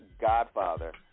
Godfather